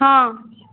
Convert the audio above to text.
ହଁ